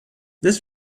this